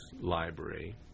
library